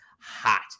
hot